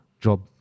job